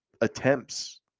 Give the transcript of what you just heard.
attempts